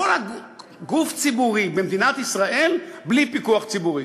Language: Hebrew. גוף ציבורי במדינת ישראל, בלי פיקוח ציבורי.